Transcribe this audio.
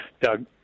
Doug